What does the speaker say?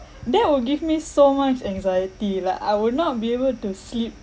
that will give me so much anxiety like I will not be able to sleep